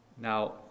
Now